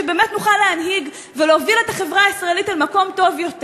וכדי שבאמת נוכל להנהיג ולהוביל את החברה הישראלית אל מקום טוב יותר.